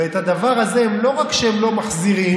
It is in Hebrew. ואת הדבר הזה לא רק שהם לא מחזירים,